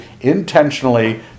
intentionally